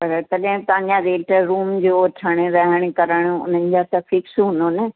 पर तॾहिं ब तव्हांजा रेट रूम जो वठण रहण करण उन्हनि जा त फ़िक्स हूंदो न